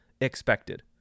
expected